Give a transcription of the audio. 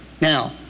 Now